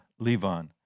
levon